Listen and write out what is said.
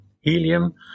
helium